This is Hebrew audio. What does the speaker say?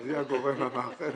אז היא הגורם המאחד.